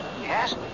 Yes